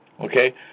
okay